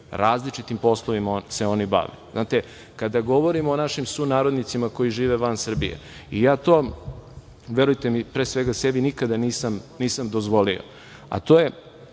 Različitim poslovima se oni bave. Znate, kada govorimo o našim sunarodnicima koji žive van Srbije i ja, verujte mi pre svega, sebi nikada nisam dozvolio, a to je